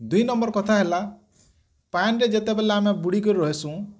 ଦୁଇ ନମ୍ବର କଥା ହେଲା ପାନକେ ଯେତେବେଳେ ଆମେ ବୁଡ଼ିକରି ରହିସୁଁ